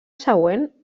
següent